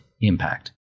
impact